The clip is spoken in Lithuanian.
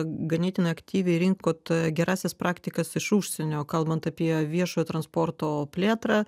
ganėtinai aktyviai rinkot gerąsias praktikas iš užsienio kalbant apie viešojo transporto plėtrą